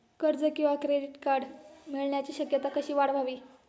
कर्ज किंवा credit card मिळण्याची शक्यता कशी वाढवावी?